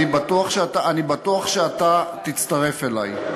אני בטוח שאתה תצטרף אלי.